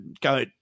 go